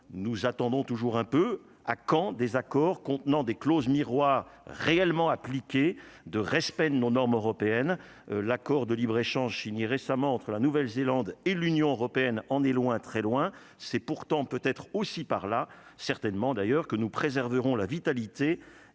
nous attendons toujours un peu à quand désaccord contenant des clauses miroirs réellement appliquée, de respect de nos normes européennes, l'accord de libre-échange signé récemment entre la Nouvelle-Zélande et l'Union Européenne en est loin, très loin, c'est pourtant peut être aussi par là certainement d'ailleurs que nous préserverons la vitalité